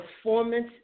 performance